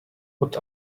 what